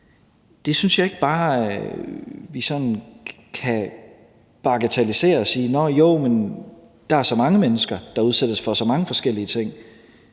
Det synes jeg ikke vi bare sådan kan bagatellisere og sige: Nåh jo, men der er så mange mennesker, der udsættes for så mange forskellige ting.